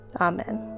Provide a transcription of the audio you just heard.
Amen